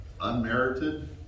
unmerited